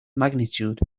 magnitude